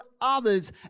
others